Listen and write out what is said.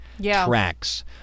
Tracks